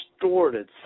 distorted